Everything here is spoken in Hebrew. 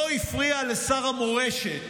לא הפריעו לשר המורשת,